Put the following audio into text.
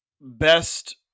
best